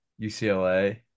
UCLA